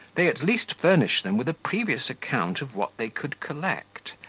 they at least furnish them with a previous account of what they could collect,